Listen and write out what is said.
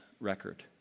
record